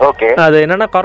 Okay